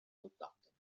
autòctones